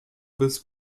bis